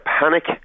panic